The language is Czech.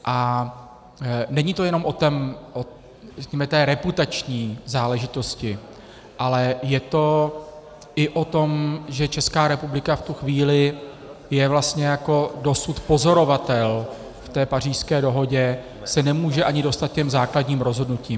A není to jenom o té řekněme reputační záležitosti, ale je to i o tom, že Česká republika v tu chvíli je vlastně jako dosud pozorovatel, v té Pařížské dohodě se nemůže ani dostat k těm základním rozhodnutím.